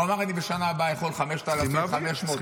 הוא אמר: אני בשנה הבאה יכול 5,500 או 5,600 -- צריכים להביא,